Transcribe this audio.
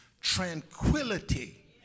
Tranquility